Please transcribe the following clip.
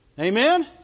Amen